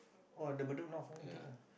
oh the Bedok North one ah